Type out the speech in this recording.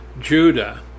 Judah